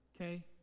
Okay